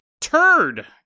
turd